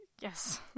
Yes